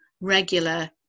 regular